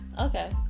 okay